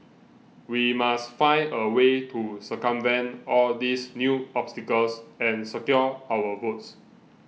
we must find a way to circumvent all these new obstacles and secure our votes